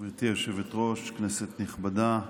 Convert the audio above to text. גברתי היושבת-ראש, כנסת נכבדה,